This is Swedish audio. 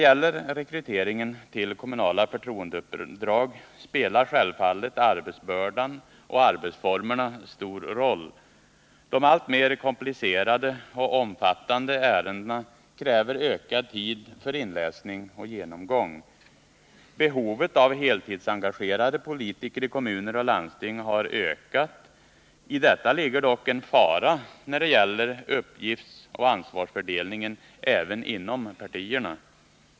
För rekryteringen till kommunala förtroendeuppdrag spelar självfallet arbetsbördan och arbetsformerna stor roll. De alltmer komplicerade och omfattande ärendena kräver ökad tid för inläsning och genomgång. Behovet av heltidsengagerade politiker i kommuner och landsting har ökat. I detta ligger dock en fara när det gäller uppgiftsoch ansvarsfördelningen även inom partierna.